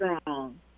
strong